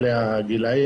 אלה הגילאים,